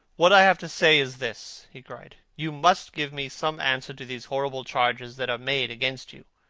what i have to say is this, he cried. you must give me some answer to these horrible charges that are made against you.